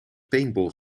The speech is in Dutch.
paintball